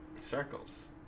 circles